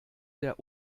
der